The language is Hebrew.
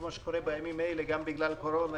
גם בגלל הקורונה,